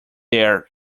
there